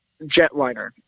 jetliner